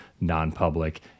non-public